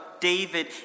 David